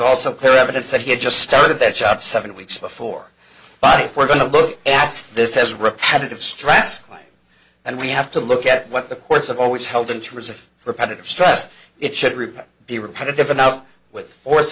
also clear evidence that he had just started their job seven weeks before but if we're going to look at this as repetitive stress and we have to look at what the courts have always held in two years of repetitive stress it should remain be repetitive enough with force